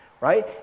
right